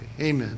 Amen